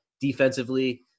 Defensively